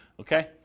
Okay